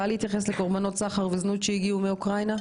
להתייחס לקורבנות סחר וזנות שהגיעו מאוקראינה?